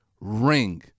ring